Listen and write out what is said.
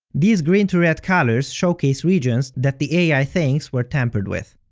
these green to red colors showcase regions that the ai thinks were tampered with.